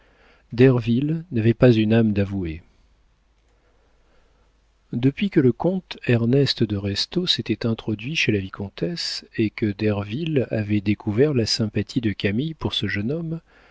derville n'avait pas une âme d'avoué depuis que le comte ernest de restaud s'était introduit chez la vicomtesse et que derville avait découvert la sympathie de camille pour ce jeune homme